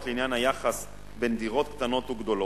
לעניין היחס בין דירות קטנות וגדולות.